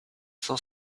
cent